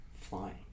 flying